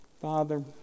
Father